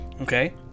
Okay